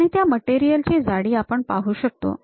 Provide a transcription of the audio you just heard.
आणि त्या मटेरियल ची जाडी आपण पाहू शकतो